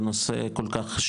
בנושא כל כך,